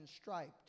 striped